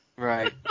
Right